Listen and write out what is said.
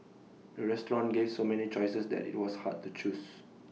the restaurant gave so many choices that IT was hard to choose